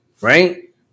Right